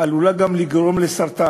היא עלולה גם לגרום לסרטן.